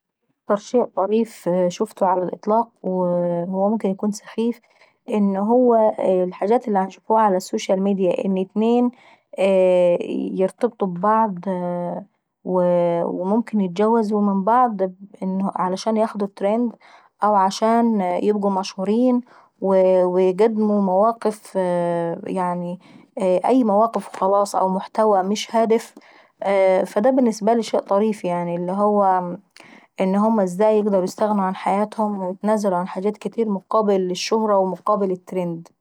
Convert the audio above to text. اكتر شيء طريف ع الاطلاق وممكن يكون سخيف ان هو الحاجات للي عنشوفوها على السوشال ميديا ان اتنين يرتبطوا ببعض وممكن يتجوزوا من بعض عشان ياخدوا التريند، او عشان يبقوا مشهورين أو ايقدموا مواقف يعني أي مواقف وخلاص او محتوى مش هادف، فدا بالنسبة لي شيء طريف يعني اللي هو ان هما ازاي قدروا يستغنوا عن حياتهم في مقابل الشهرة ومقابل التريند.